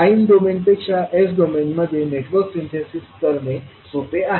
time domain पेक्षा s डोमेनमध्ये network synthesis करणे सोपे आहे